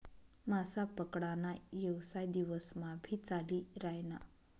मासा पकडा ना येवसाय दिवस मा भी चाली रायना